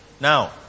Now